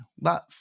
love